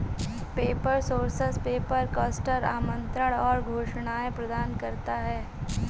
paper source paper, custom आमंत्रण और घोषणाएं प्रदान करता है